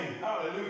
hallelujah